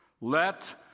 Let